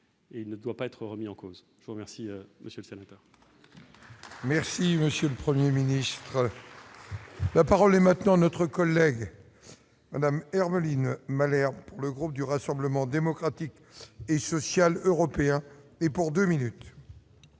il ne doit pas être remis en cause, je vous remercie, monsieur sanitaire. Merci monsieur le 1er ministre. La parole est maintenant notre collègue Madame Malherbe, le groupe du Rassemblement démocratique et social européen et pour 2 minutes.